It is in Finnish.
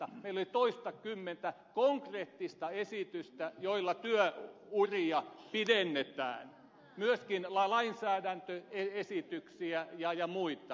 meillä oli toistakymmentä konkreettista esitystä joilla kyllä huivi ja miten ne tää myös keinuva työuria pidennetään myöskin lainsäädäntöesityksiä ja muita